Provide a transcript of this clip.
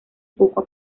poco